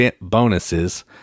bonuses